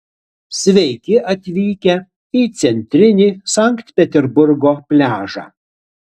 sveiki atvykę į centrinį sankt peterburgo pliažą